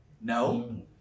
No